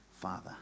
father